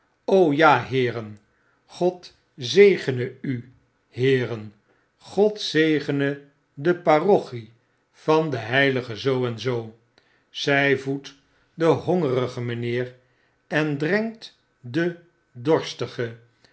ja eeren god zegene u heeren god zegene de parochie van de heilige zoo en zool zy voedt den hongerige mgnheer en drenkt den